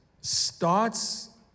starts